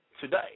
Today